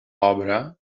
obra